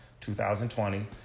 2020